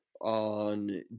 on